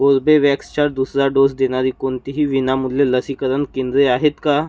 कोर्बेवॅक्सच्या दुसरा डोस देणारी कोणतीही विनामूल्य लसीकरण केंद्रे आहेत का